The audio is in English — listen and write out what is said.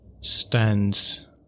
stands